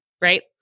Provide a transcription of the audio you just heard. right